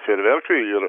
fejerverkai ir